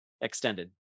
extended